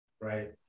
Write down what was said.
right